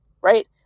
right